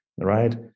right